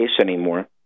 anymore